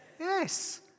Yes